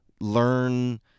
learn